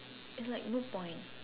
it's like no point